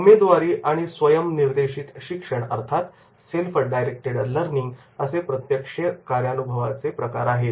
उमेदवारी आणि स्वयम् निर्देशीत शिक्षण सेल्फ डायरेक्टेड लर्निंग असे प्रत्यक्ष कार्यानुभवाचे प्रकार आहेत